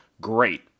great